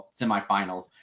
semifinals